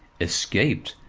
escaped!